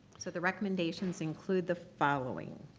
so the recommendations include the following.